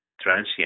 transient